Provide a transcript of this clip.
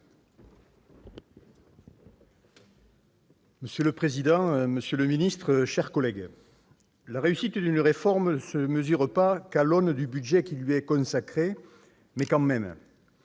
Monsieur le président, monsieur le ministre, chers collègues, la réussite d'une réforme ne se mesure pas qu'à l'aune du budget qui lui est consacré, mais tout de même